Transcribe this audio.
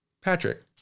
Patrick